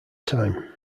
time